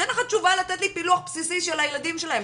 אין לך תשובה לתת לי פילוח של הילדים שלהם,